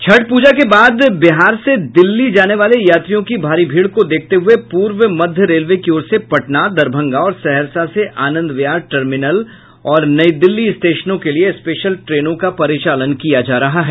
छठ पूजा के बाद बिहार से दिल्ली जाने वाले यात्रियों की भारी भीड़ को देखते हुये पूर्व मध्य रेलवे की ओर से पटना दरभंगा और सहरसा से आनंद विहार टर्मिनल और नई दिल्ली स्टेशनों के लिये स्पेशल ट्रेनों का परिचालन किया जा रहा है